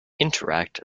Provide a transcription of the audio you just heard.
interact